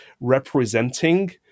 representing